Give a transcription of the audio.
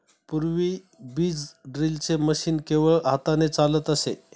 पूर्वी बीज ड्रिलचे मशीन केवळ हाताने चालत असे